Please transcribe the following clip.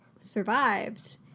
survived